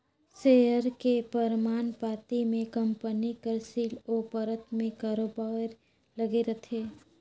share के परमान पाती में कंपनी कर सील ओ पतर में बरोबेर लगे रहथे